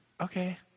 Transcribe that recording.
Okay